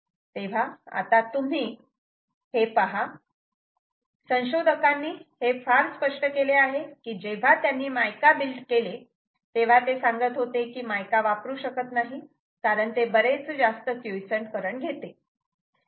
तेव्हा आता तुम्ही हे पहा संशोधकांनी हे फार स्पष्ट केले आहे की जेव्हा त्यांनी मायका बिल्ट केले तेव्हा ते सांगत होते की मायका वापरू शकत नाही कारण ते बरेच जास्त क्युइसंट करंट घेते